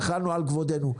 מחלנו על כבודנו,